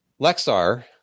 Lexar